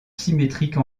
symétrique